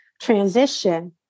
transition